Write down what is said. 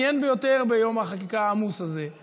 סיימנו עם פרק החקיקה, בשעה טובה.